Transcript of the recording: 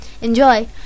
Enjoy